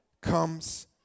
comes